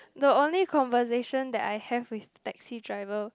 the only conversation that I have with taxi driver